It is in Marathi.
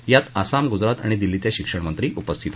यात आसाम गुजरात आणि दिल्लीचे शिक्षणमंत्री उपस्थित होते